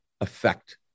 affect